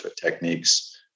techniques